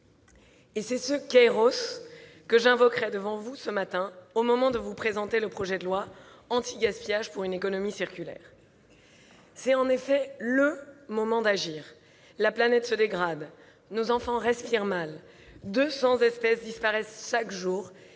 Et c'est ce que j'invoquerai devant vous en cet instant, au moment de vous présenter le projet de loi anti-gaspillage pour une économie circulaire. C'est en effet le moment d'agir. La planète se dégrade. Nos enfants respirent mal, 200 espèces disparaissent chaque jour